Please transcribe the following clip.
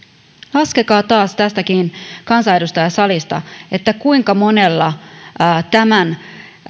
laskekaa tästäkin kansanedustajasalista kuinka monella tämän